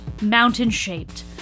mountain-shaped